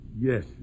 yes